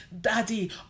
Daddy